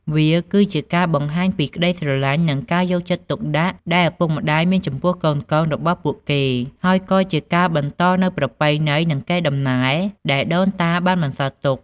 វាគឺជាការបង្ហាញពីក្តីស្រឡាញ់ និងការយកចិត្តទុកដាក់ដែលឪពុកម្តាយមានចំពោះកូនៗរបស់ពួកគេ ហើយក៏ជាការបន្តនូវប្រពៃណី និងកេរដំណែលដែលដូនតាបានបន្សល់ទុក។